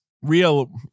Real